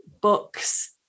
books